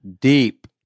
deep